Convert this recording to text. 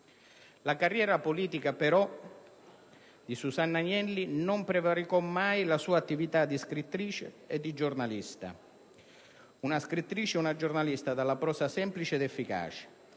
La carriera politica di Susanna Agnelli non prevaricò mai la sua attività di scrittrice e di giornalista: una scrittrice e una giornalista dalla prosa semplice ed efficace,